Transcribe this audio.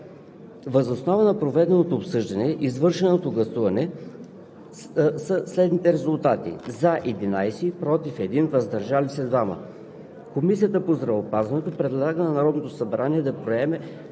спрямо тях, като се прояви гъвкавост в планирането на координирани и целенасочени дейности и мерки в полза на младите хора в България. Въз основа на проведеното обсъждане и извършеното гласуване